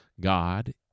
God